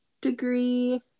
degree